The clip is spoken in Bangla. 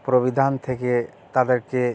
প্রবিধান থেকে তাদেরকে